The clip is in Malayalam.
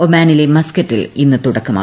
ഒമാനിലെ മസ്ക്കറ്റിൽ ഇന്ന് തുടക്കം